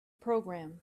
program